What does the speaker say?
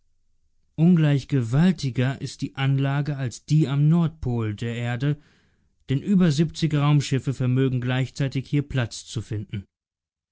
ungleich gewaltiger ist die anlage als die am nordpol der erde denn über siebzig raumschiffe vermögen gleichzeitig hier platz zu finden